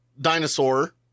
dinosaur